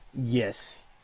yes